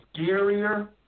scarier